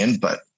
but-